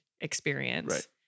experience